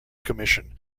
commission